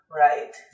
right